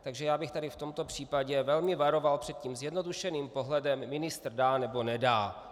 Takže já bych tady v tomto případě velmi varoval před tím zjednodušeným pohledem ministr dá, nebo nedá.